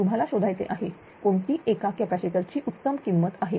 तुम्हाला शोधायचे आहे कोणती एका कॅपॅसिटर ची उत्तम किंमत आहे